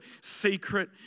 secret